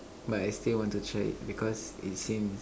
but I still want to try it because it seems